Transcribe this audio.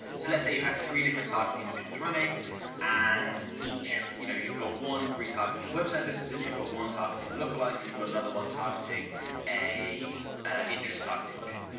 so let's say you had three different targeting options running and each. you know you've got one retargeting website visitors, you've got one targeting a look-alike, and you've got another one targeting a interest targeting option.